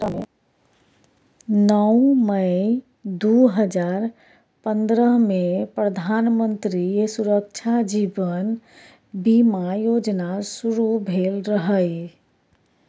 नौ मई दु हजार पंद्रहमे प्रधानमंत्री सुरक्षा जीबन बीमा योजना शुरू भेल रहय